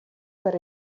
per